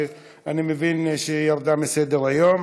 אני מבין שהיא ירדה מסדר-היום.